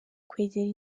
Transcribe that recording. kwegera